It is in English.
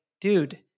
dude